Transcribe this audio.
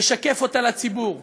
לשקף אותה לציבור,